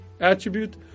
attribute